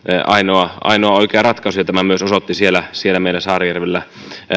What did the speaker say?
ainoa ainoa oikea ratkaisu ja tämän myös osoitti siellä siellä meillä saarijärvellä